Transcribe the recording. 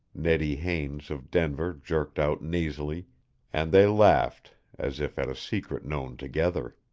neddy haines, of denver, jerked out nasally and they laughed as if at a secret known together.